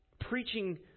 preaching